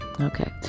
Okay